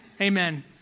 Amen